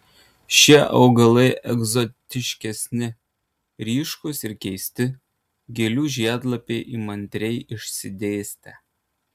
šie augalai egzotiškesni ryškūs ir keisti gėlių žiedlapiai įmantriai išsidėstę